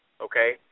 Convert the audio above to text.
okay